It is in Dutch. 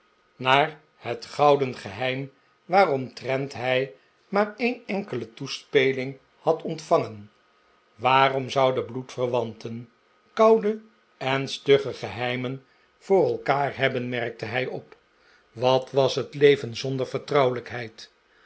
naar het gouden geheim waaromtrent hij maar een enkele toespeling had ontvangen waarom zouden bloedverwanten koude en stugge geheimen voor elkaar hebben merkte hij op wat was het leven zonder